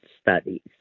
studies